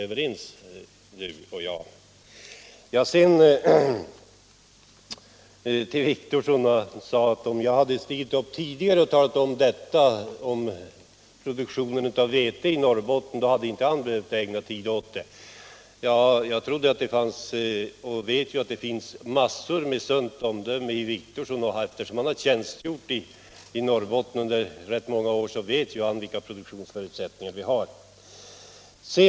Herr Wictorsson sade att om jag tidigare hade informerat beträffande veteproduktionen i Norrbotten, så hade vi inte behövt ägna någon tid åt den frågan här. Jag kan i och för sig hålla med om det, för jag vet ju att herr Wictorsson besitter massor med sunt omdöme. Han har tjänstgjort i Norrbotten under rätt många år, så han känner ju till vilka produktionsförutsättningar vi har där.